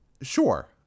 Sure